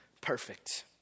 perfect